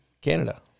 Canada